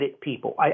people